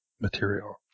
material